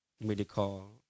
medical